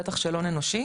בטח של הון אנושי,